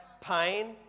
pain